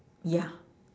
ya